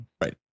Right